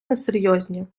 несерйозні